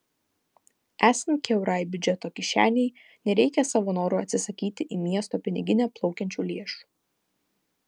esant kiaurai biudžeto kišenei nereikia savo noru atsisakyti į miesto piniginę plaukiančių lėšų